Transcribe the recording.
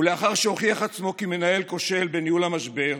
ולאחר שהוכיח עצמו כמנהל כושל בניהול המשבר,